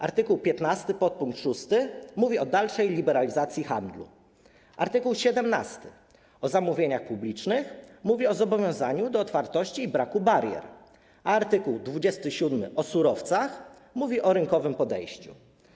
Art. 15 ust. 6 mówi o dalszej liberalizacji handlu, art. 17, o zamówieniach publicznych, mówi o zobowiązaniu do otwartości i braku barier, a art. 27, o surowcach, mówi o rynkowym podejściu.